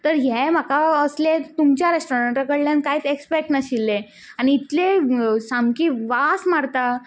तर हें म्हाका असलें तुमच्या रेस्टोरंटा कडल्यान कांयच एक्सपेक्ट नाशिल्लें आनी इतलें सामकें वास मारता